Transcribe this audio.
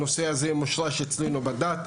הנושא הזה מושרש אצלנו בדת.